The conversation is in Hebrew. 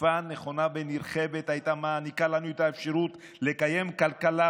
אכיפה נכונה ונרחבת הייתה מעניקה לנו את האפשרות לקיים כלכלה,